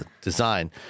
design